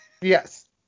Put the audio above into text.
Yes